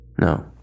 No